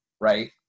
Right